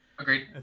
Agreed